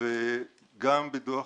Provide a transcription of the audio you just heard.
וגם בדוח